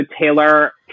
Taylor